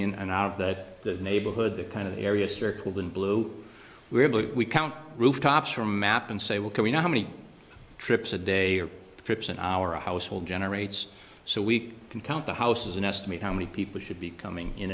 in and out of that neighborhood the kind of area circled in blue where blue we count rooftops for a map and say well can we know how many trips a day or two trips in our household generates so we can count the houses and estimate how many people should be coming in